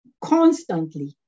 constantly